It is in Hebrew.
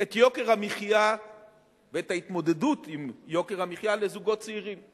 את יוקר המחיה ואת ההתמודדות עם יוקר המחיה לזוגות צעירים,